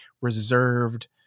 reserved